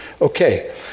Okay